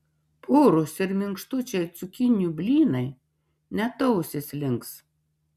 purūs ir minkštučiai cukinijų blynai net ausys links